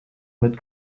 mit